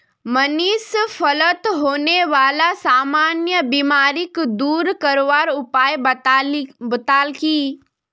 मनीष फलत होने बाला सामान्य बीमारिक दूर करवार उपाय बताल की